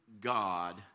God